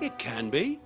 it can be